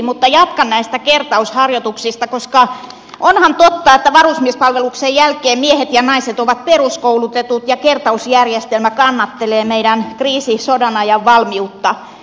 mutta jatkan näistä kertausharjoituksista koska onhan totta että varusmiespalveluksen jälkeen miehet ja naiset ovat peruskoulutetut ja kertausjärjestelmä kannattelee meidän kriisi ja sodanajan valmiutta